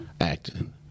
acting